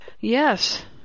yes